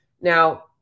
Now